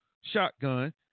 shotgun